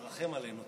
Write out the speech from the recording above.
רחם עלינו.